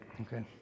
Okay